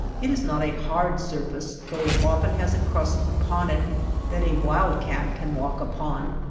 it is not a hard surface though it often has a crust upon it that a wildcat can walk upon,